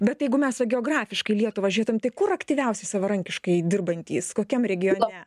bet jeigu mes va geografiškai lietuvą žiūrėtum tai kur aktyviausiai savarankiškai dirbantys kokiam regione